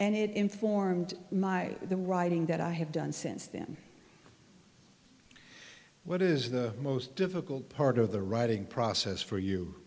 and it informed my the writing that i have done since then what is the most difficult part of the writing process for you